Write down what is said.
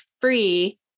free